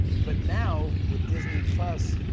but now, with disney plus,